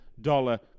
dollar